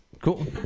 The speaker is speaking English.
Cool